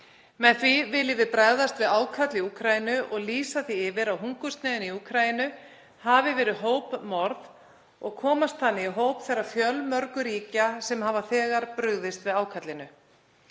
Með því viljum við bregðast við ákalli Úkraínu og lýsa því yfir að hungursneyðin í Úkraínu hafi verið hópmorð og komast þannig í hóp þeirra fjölmörgu ríkja sem hafa þegar brugðist við ákallinu.